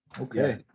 okay